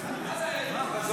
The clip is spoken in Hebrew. חבר הכנסת טיבי.